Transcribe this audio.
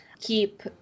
keep